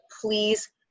please